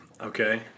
okay